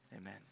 Amen